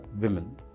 women